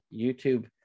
YouTube